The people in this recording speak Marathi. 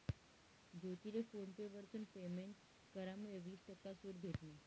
ज्योतीले फोन पे वरथून पेमेंट करामुये वीस टक्का सूट भेटनी